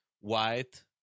white